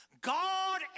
God